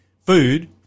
food